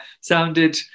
sounded